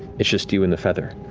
it's just you and the feather.